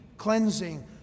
Cleansing